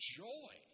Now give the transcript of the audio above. joy